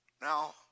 Now